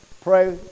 pray